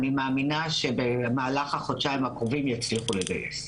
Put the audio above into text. אני מאמינה שבמהלך החודשיים הקרובים יצליחו לגייס.